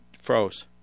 froze